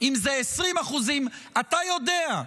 אם זה 20% אתה יודע,